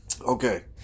okay